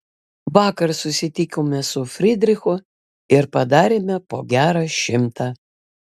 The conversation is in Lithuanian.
vakar susitikome su fridrichu ir padarėme po gerą šimtą